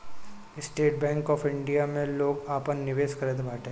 estate bank of India में लोग आपन निवेश करत बाटे